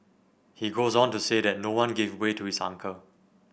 he goes on to say that no one gave way to his uncle